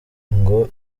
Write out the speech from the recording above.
ngo